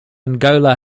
angola